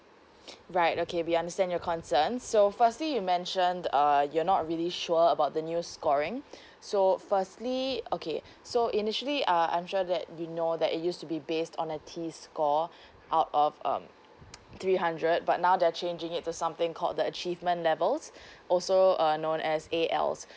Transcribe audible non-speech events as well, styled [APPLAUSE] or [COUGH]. [NOISE] right okay we understand your concern so firstly you mentioned uh you're not really sure about the new scoring so firstly okay so initially uh I'm sure that you know that it used to be based on a T score out of um [NOISE] three hundred but now they're changing it to something called the achievement levels also uh known as A_L's